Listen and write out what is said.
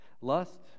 lust